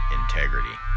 integrity